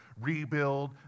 rebuild